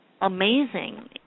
amazing